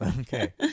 Okay